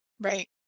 Right